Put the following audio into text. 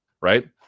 right